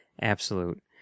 absolute